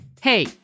Hey